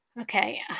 Okay